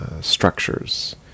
structures